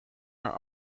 haar